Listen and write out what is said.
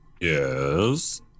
Yes